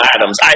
Adams